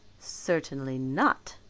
certainly not,